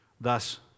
Thus